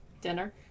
dinner